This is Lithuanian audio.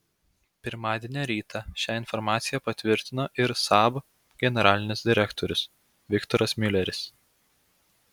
pirmadienio rytą šią informaciją patvirtino ir saab generalinis direktorius viktoras miuleris